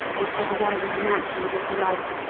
those ever-widening mansions of delight.